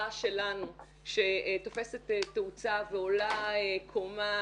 המחאה שלנו שתופסת תאוצה ועולה קומה,